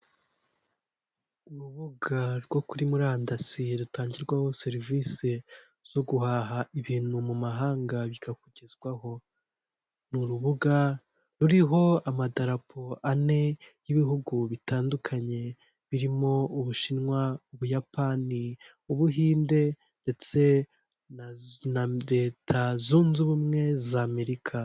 Urubuga rwo kuri murandasi rutangirwaho serivisi zo guhaha ibintu mu mahanga bikakugezwaho, ni urubuga ruriho amadarapo ane y'ibihugu bitandukanye birimo, Ubushinwa, Ubuyapani, Ubuhinde ndetse na Leta zunze ubumwe z'Amerika.